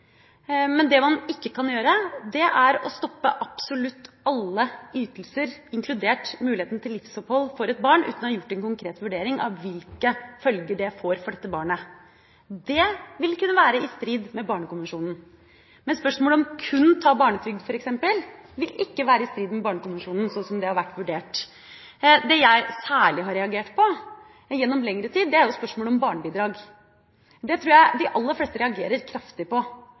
men det man ikke kan gjøre, er å stoppe absolutt alle ytelser, inkludert muligheten til livsopphold for et barn, uten å ha gjort en konkret vurdering av hvilke følger det får for dette barnet. Det vil kunne være i strid med Barnekonvensjonen. Men spørsmålet om kun å ta barnetrygd f.eks. vil ikke være i strid med Barnekonvensjonen sånn som det har vært vurdert. Det jeg særlig har reagert på gjennom lengre tid, er spørsmålet om barnebidrag. Det tror jeg de aller fleste reagerer kraftig på,